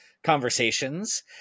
conversations